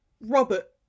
Robert